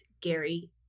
Gary